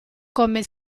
come